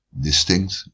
distinct